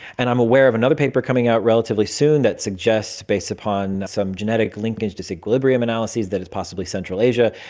and i'm aware of another paper coming out relatively soon that suggests based upon some genetic linkage to so equilibrium analyses that it's possibly central asia.